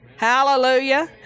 Hallelujah